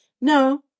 No